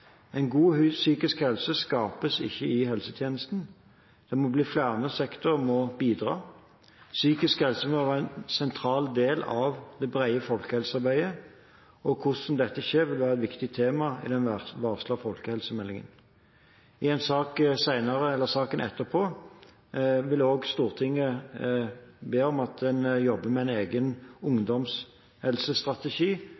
En god psykisk helse skapes ikke i helsetjenesten. Derfor må flere sektorer bidra. Psykisk helse må være en sentral del av det brede folkehelsearbeidet. Hvordan dette kan skje, vil være et viktig tema i den varslede folkehelsemeldingen. I saken som kommer etter denne, vil Stortinget be om at en skal jobbe med en egen